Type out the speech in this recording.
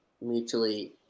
mutually